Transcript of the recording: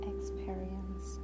experience